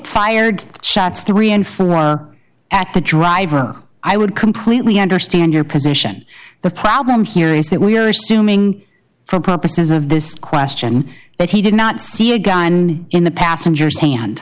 fired shots three and four were at the driver i would completely understand your position the problem here is that we are assuming for purposes of this question that he did not see a gun in the passenger